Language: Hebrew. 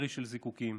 ירי של זיקוקים